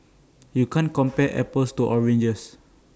you can't compare apples to oranges